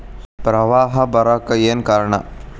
ಪ್ರವಾಹ ಬರಾಕ್ ಏನ್ ಕಾರಣ?